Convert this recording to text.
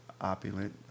opulent